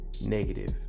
negative